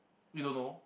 you don't know